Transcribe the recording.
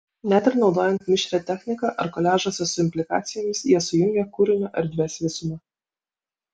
net ir naudojant mišrią techniką ar koliažuose su implikacijomis jie sujungia kūrinio erdvės visumą